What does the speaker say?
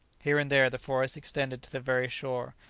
here and there the forest extended to the very shore,